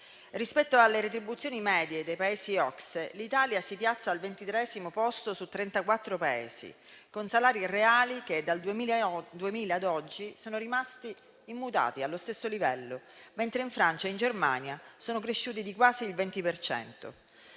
rispetto alle retribuzioni medie dei Paesi OCSE, l'Italia si piazza al ventitreesimo posto su 34 Paesi, con salari reali che dal 2012 sono rimasti immutati, allo stesso livello, mentre in Francia e in Germania sono cresciuti di quasi il 20